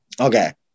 Okay